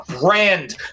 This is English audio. brand